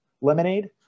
lemonade